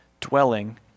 dwelling